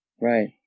Right